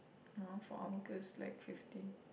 no for Ang-Mo-Kio is like fifteen